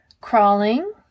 crawling